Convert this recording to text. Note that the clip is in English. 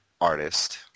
artist